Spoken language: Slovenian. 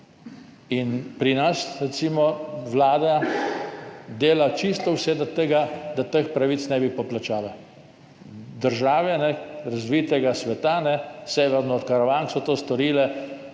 In pri nas recimo Vlada dela čisto vse, da teh pravic ne bi poplačala. Države razvitega sveta severno od Karavank so to storile,